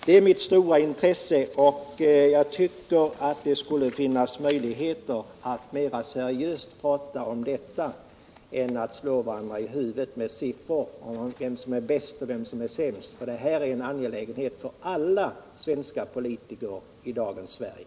Det är mitt stora intresse, och jag tycker att vi hellre skulle diskutera det seriöst än slå varandra i huvudet med siftror för att visa vem som är bäst och vem som är sämst. Det är en angelägenhet för alla politiker i dagens Sverige.